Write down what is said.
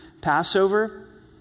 Passover